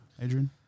Adrian